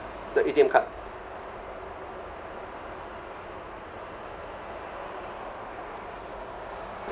the A_T_M card